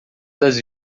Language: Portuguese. das